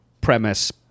premise